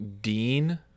Dean